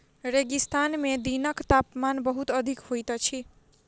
रेगिस्तान में दिनक तापमान बहुत अधिक होइत अछि